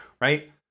right